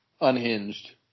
unhinged